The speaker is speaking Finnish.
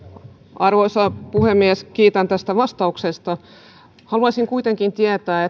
arvoisa puhemies kiitän tästä vastauksesta haluaisin kuitenkin tietää